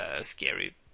scary